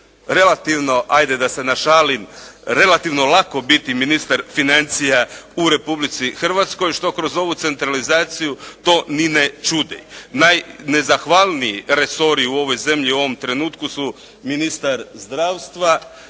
relativno, ajde da se našalim, relativno lako biti ministar financija u Republici Hrvatskoj, što kroz ovu centralizaciju to ni ne čudi. Najnezahvalniji resori u ovoj zemlji u ovom trenutku su ministar zdravstva,